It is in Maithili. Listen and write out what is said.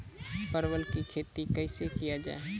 परवल की खेती कैसे किया जाय?